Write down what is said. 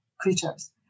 creatures